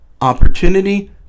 Opportunity